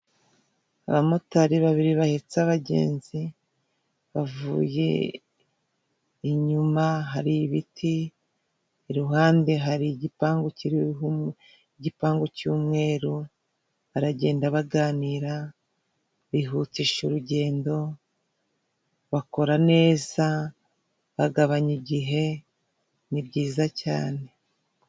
Abamotari babiri bahetse abagenzi bavuye, inyuma hari ibiti, iruhande hari igipangu cyonyine, igipangu cy'umweru, baragenda baganira, bihutisha urugendo, bakora neza, bagabanya igihe, ni byiza cyane.